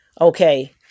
Okay